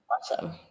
Awesome